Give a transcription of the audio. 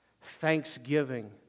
Thanksgiving